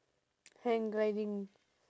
hang gliding